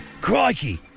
Crikey